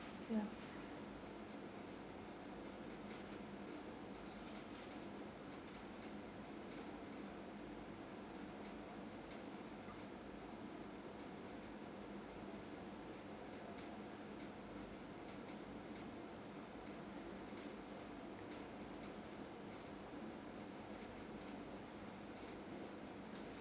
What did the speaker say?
ya